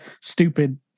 stupid